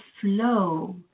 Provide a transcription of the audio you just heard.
flow